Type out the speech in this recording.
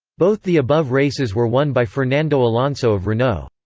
both the above races were won by fernando alonso of renault.